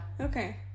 Okay